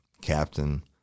Captain